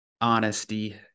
honesty